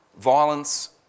Violence